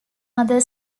other